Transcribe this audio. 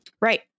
Right